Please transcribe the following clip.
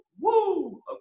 woo